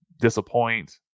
disappoint